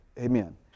amen